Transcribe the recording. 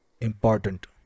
important